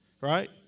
Right